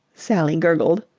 sally gurgled.